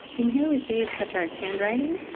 and here we see petrarch's handwriting.